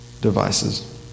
Devices